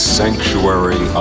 sanctuary